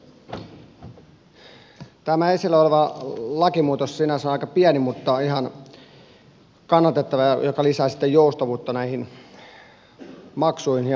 tämä esillä oleva lakimuutos sinänsä on aika pieni mutta ihan kannatettava ja se lisää sitten joustavuutta näihin maksuihin ja maksuaikoihin